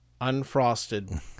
unfrosted